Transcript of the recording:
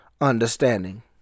understanding